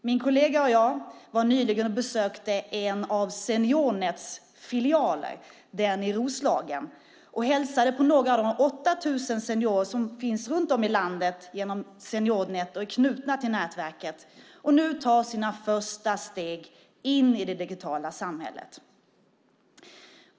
Min kollega och jag var nyligen och besökte en av Seniornets filialer, den i Roslagen, och hälsade på några av de 8 000 seniorer runt om i landet som är knutna till nätverket och nu tar sina första steg in i det digitala samhället.